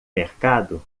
mercado